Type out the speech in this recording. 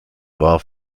war